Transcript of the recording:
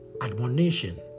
admonition